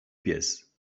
pies